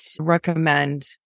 recommend